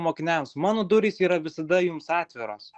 mokiniams mano durys yra visada jums atviros